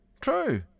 true